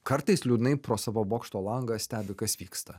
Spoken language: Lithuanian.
kartais liūdnai pro savo bokšto langą stebi kas vyksta